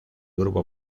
grupo